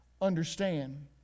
understand